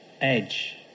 edge